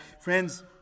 Friends